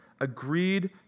agreed